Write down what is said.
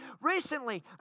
Recently